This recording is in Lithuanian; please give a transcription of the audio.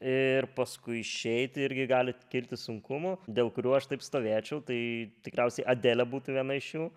ir paskui išeiti irgi gali kilti sunkumų dėl kurių aš taip stovėčiau tai tikriausiai adelė būtų viena iš jų